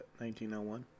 1901